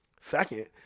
Second